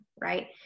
right